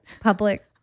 public